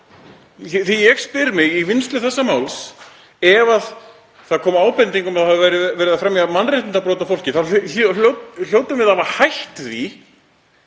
þá. Ég spyr mig: Í vinnslu þessa máls, ef það kom ábending um að það væri verið að fremja mannréttindabrot á fólki þá hljótum við að hafa hætt því